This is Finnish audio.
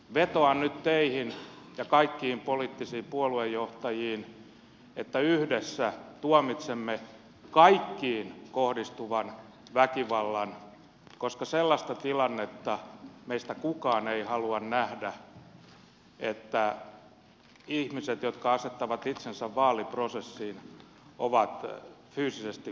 vetoan nyt teihin ja kaikkiin poliittisiin puoluejohtajiin että yhdessä tuomitsemme kaikkiin kohdistuvan väkivallan koska sellaista tilannetta meistä kukaan ei halua nähdä että ihmiset jotka asettavat itsensä vaaliprosessiin ovat fyysisesti vaarassa